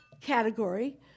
category